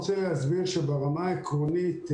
אני רוצה להסביר שברמה העקרונית,